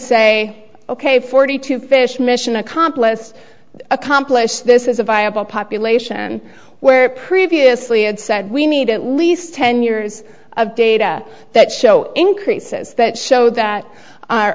say ok forty two fish mission accomplished accomplished this is a viable population where previously had said we need at least ten years of data that show increases that showed that